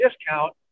discount